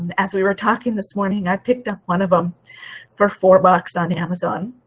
and as we were talking this morning, i picked up one of them for four bucks on amazon